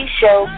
show